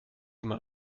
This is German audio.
immer